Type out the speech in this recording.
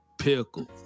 Pickle